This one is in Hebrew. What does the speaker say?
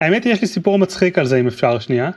האמת היא שיש לי סיפור מצחיק על זה אם אפשר שנייה.